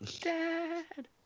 Dad